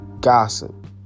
gossip